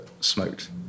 smoked